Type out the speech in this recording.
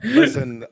Listen